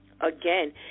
again